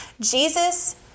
Jesus